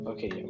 Okay